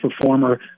performer